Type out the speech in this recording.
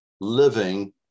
living